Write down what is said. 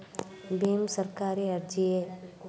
ಭೀಮ್ ಸರ್ಕಾರಿ ಅರ್ಜಿಯೇ?